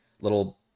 little